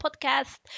Podcast